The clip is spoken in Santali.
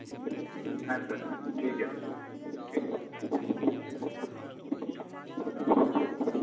ᱦᱮᱸ ᱴᱷᱤᱠ ᱜᱮᱭᱟ ᱥᱟᱨ ᱴᱷᱤᱠ ᱜᱮᱭᱟ